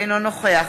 אינו נוכח